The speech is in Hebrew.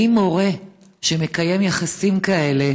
האם מורה שמקיים יחסים כאלה,